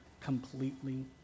completely